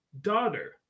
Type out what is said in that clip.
daughter